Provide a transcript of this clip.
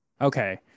Okay